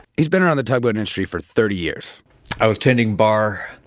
he's been around the tugboat industry for thirty years i was tending bar,